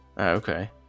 Okay